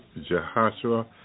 Jehoshua